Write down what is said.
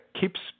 keeps